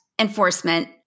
enforcement